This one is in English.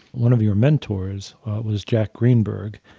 one of your mentors was jack greenberg.